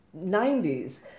90s